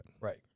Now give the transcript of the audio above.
right